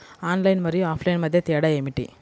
Online మరియు offline మధ్య తేడా ఏమిటీ?